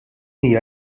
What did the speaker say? hija